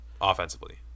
offensively